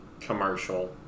commercial